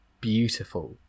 beautiful